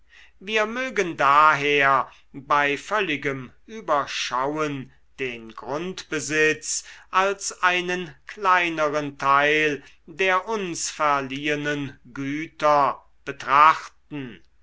wir mögen daher bei völligem überschauen den grundbesitz als einen kleineren teil der uns verliehenen güter betrachten